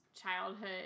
childhood